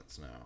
now